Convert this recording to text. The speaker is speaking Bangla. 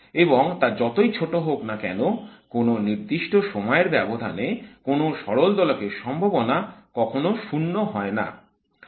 এবং তা যতই ছোট হোক না কেন কোন নির্দিষ্ট সময়ের ব্যবধানে কোন সরল দোলকের সম্ভাবনা কখনো 0 হয় না